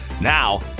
Now